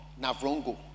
Navrongo